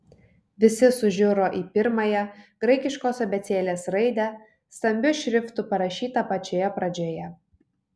visi sužiuro į pirmąją graikiškos abėcėlės raidę stambiu šriftu parašytą pačioje pradžioje